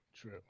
True